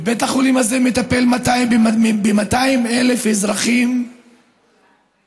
בית החולים הזה מטפל ב-200,000 אזרחים מהצפון.